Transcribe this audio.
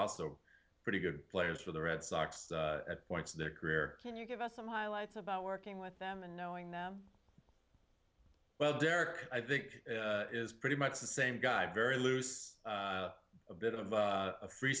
also pretty good players for the red sox at points of their career can you give us some highlights about working with them and knowing them well derek i think is pretty much the same guy very loose a bit of a free